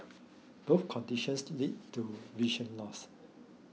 both conditions led to vision loss